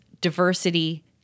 diversity